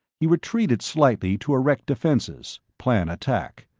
he retreated slightly to erect defenses, plan attack.